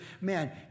man